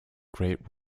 great